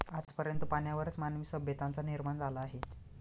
आज पर्यंत पाण्यावरच मानवी सभ्यतांचा निर्माण झाला आहे